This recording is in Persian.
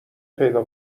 پیدا